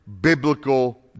biblical